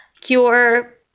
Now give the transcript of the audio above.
cure